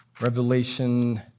Revelation